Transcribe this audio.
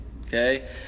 okay